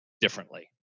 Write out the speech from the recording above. differently